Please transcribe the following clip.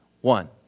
one